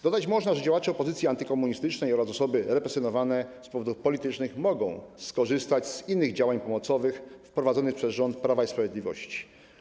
Dodać można, że działacze opozycji antykomunistycznej oraz osoby represjonowane z powodów politycznych mogą skorzystać z innych działań pomocowych wprowadzonych przez rząd Prawa i Sprawiedliwości.